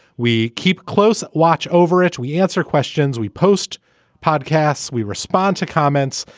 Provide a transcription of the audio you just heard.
we keep close watch over it. we answer questions. we post podcasts. we respond to comments.